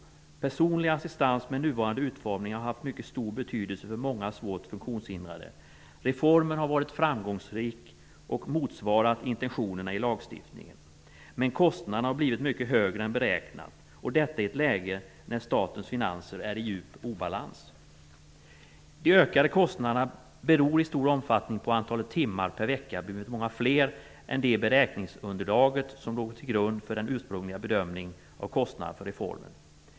Rätten till personlig assistans med nuvarande utformning har haft en mycket stor betydelse för många svårt funktionshindrade. Reformen har varit framgångsrik och motsvarat intentionerna i lagstiftningen, men kostnaderna har blivit mycket högre än beräknat, och detta i ett läge när statens finanser är i djup obalans. De ökade kostnaderna beror i stor omfattning på att antalet timmar per vecka har blivit mycket större än det var i det beräkningsunderlag som låg till grund för den ursprungliga bedömningen av kostnader för reformen.